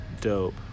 dope